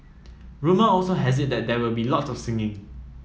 rumour also has it that there will be lot of singing